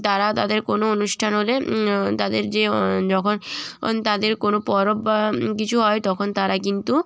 তারা তাদের কোনো অনুষ্ঠান হলে তাদের যে যখন অন তাদের কোনো পরব বা কিছু হয় তখন তারা কিন্তু